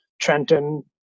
Trenton